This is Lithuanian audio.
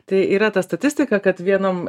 tai yra ta statistika kad vienam